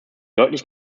deutlich